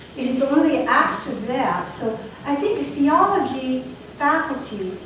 so only after that, so i think theology faculty,